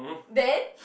then